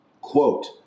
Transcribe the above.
Quote